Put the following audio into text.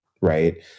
right